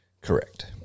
Correct